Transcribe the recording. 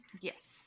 Yes